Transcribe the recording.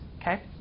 okay